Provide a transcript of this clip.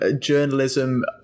Journalism